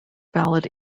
valid